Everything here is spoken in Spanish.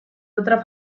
otra